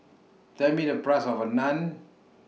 Tell Me The Price of A Naan